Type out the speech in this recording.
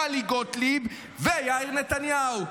טלי גוטליב ויאיר נתניהו.